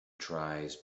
tries